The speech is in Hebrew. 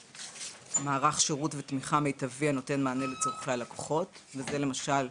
מערך שירות ותמיכה מיטבי הנותן מענה בצורכי הלקוחות זה למשל,